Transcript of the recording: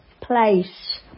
place